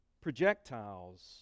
projectiles